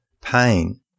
pain